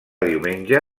diumenge